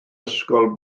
ysgol